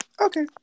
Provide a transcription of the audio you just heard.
Okay